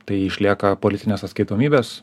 tai išlieka politinės atskaitomybės